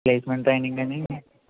placement training అని